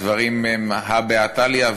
הדברים הם הא בהא תליא,